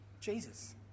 Jesus